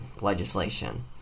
legislation